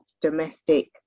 domestic